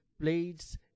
Blades